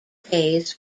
pays